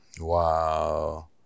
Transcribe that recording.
Wow